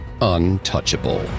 untouchable